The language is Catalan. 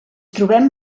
trobem